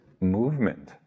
movement